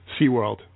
SeaWorld